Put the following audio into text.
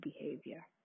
behavior